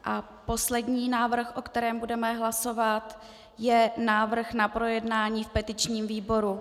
A poslední návrh, o kterém budeme hlasovat, je návrh na projednání v petičním výboru.